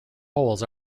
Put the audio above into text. holes